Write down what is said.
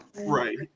Right